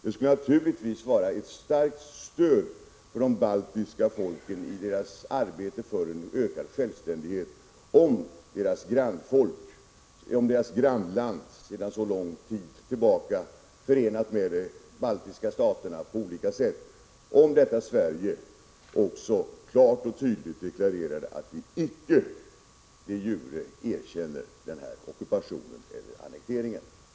Det skulle naturligtvis vara ett starkt stöd för de baltiska folken i deras ansträngningar att uppnå önskad självständighet, om deras grannland, Sverige — som sedan lång tid tillbaka på olika sätt är förenat med de baltiska staterna — klart och tydligt deklarerade att Sverige de jure icke erkänner den här ockupationen, annekteringen.